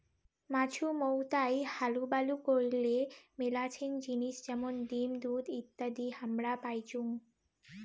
মাছুমৌতাই হালুবালু করলে মেলাছেন জিনিস যেমন ডিম, দুধ ইত্যাদি হামরা পাইচুঙ